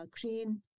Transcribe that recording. Crane